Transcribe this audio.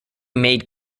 made